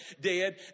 dead